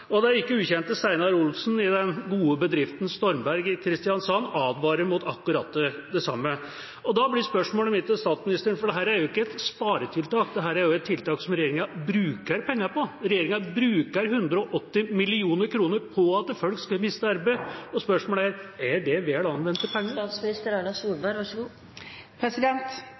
og den ikke ukjente Steinar Olsen i den gode bedriften Stormberg i Kristiansand advarer mot akkurat det samme. Dette er ikke et sparetiltak, dette er et tiltak som regjeringa bruker penger på – regjeringa bruker 180 mill. kr på at folk skal miste arbeid. Da blir spørsmålet mitt til statsministeren: Er det